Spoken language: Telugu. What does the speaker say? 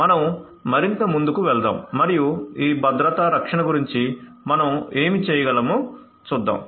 మనం మరింత ముందుకు వెళ్దాం మరియు ఈ భద్రతా రక్షణ గురించి మనం ఏమి చేయగలమో చూద్దాం